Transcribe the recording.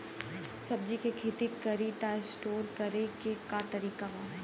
सब्जी के खेती करी त स्टोर करे के का तरीका बा?